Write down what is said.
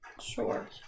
Sure